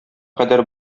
кадәр